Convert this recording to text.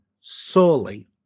solely